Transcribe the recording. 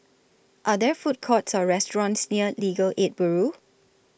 Are There Food Courts Or restaurants near Legal Aid Bureau